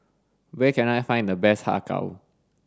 where can I find the best Har Kow